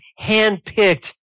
handpicked